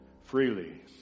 freely